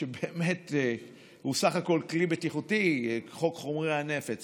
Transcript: שבאמת הוא בסך הכול כלי בטיחותי, חוק חומרי הנפץ.